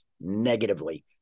negatively